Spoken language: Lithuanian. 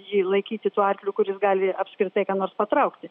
jį laikyti tuo arkliu kuris gali apskritai ką nors patraukti